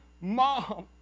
mom